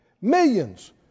Millions